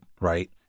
Right